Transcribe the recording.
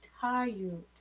tired